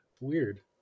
Weird